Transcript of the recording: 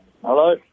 Hello